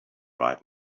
right